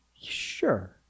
sure